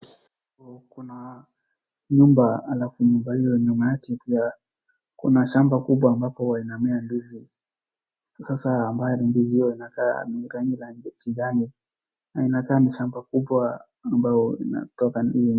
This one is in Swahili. Kuna nyumba na alafu nyumba hiyo ina mabati ya, kuna shamba kubwa ambapo inamea ndizi, sasa ambaye ndizi hiyo inakaa ni rangi ya kijani na inakaa ni shamba kubwa ambayo inatoka.